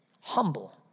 humble